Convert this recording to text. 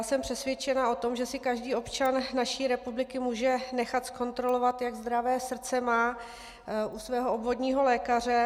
Jsem přesvědčena o tom, že si každý občan naší republiky může nechat zkontrolovat, jak zdravé srdce má, u svého obvodního lékaře.